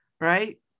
Right